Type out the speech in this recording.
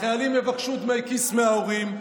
החיילים יבקשו דמי כיס מההורים,